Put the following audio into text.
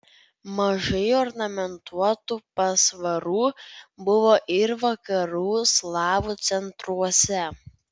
mažai ornamentuotų pasvarų buvo ir vakarų slavų centruose